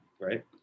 right